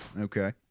Okay